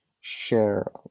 share